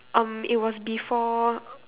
um it was before